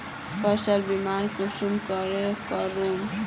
फसल बीमा कुंसम करे करूम?